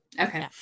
Okay